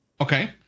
Okay